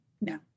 no